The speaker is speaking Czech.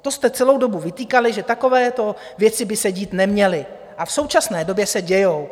To jste celou dobu vytýkali, že takovéto věci by se dít neměly, a v současné době se dějí.